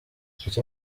iki